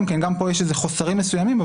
גם פה יש חוסרים מסוימים,